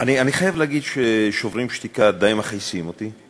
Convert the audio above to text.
אני חייב להגיד ש"שוברים שתיקה" די מכעיסים אותי,